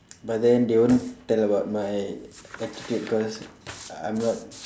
but then they won't tell about my attitude cause I'm not